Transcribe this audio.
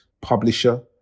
publisher